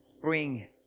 bring